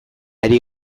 ari